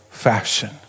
Fashion